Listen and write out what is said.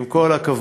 עם כל הכבוד,